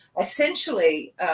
essentially